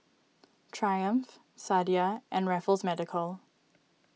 Triumph Sadia and Raffles Medical